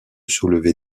soulever